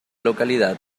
localidad